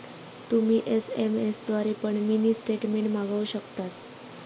तुम्ही एस.एम.एस द्वारे पण मिनी स्टेटमेंट मागवु शकतास